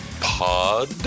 pod